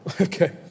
Okay